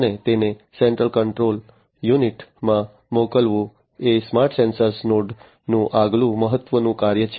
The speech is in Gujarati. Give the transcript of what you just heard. અને તેને સેન્ટ્રલ કંટ્રોલ યુનિટમાં મોકલવું એ સ્માર્ટ સેન્સર નોડ નું આગલું મહત્વનું કાર્ય છે